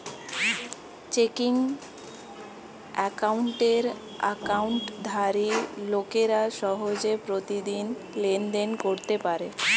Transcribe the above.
checking অ্যাকাউন্টের অ্যাকাউন্টধারী লোকেরা সহজে প্রতিদিন লেনদেন করতে পারে